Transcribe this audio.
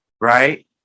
Right